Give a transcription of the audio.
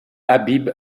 habib